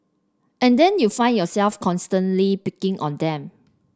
and then you find yourself constantly picking on them